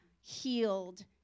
healed